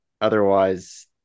Otherwise